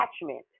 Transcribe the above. attachment